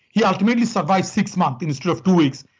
he ultimately survives six months instead of two weeks.